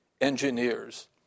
engineers